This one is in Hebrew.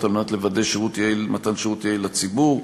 כדי לוודא שניתן שירות יעיל לציבור.